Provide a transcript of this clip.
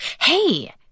hey